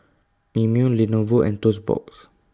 Mimeo Lenovo and Toast Box